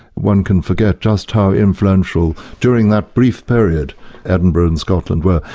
one can forget just how influential during that brief period edinburgh and scotland were.